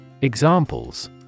Examples